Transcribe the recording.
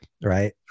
Right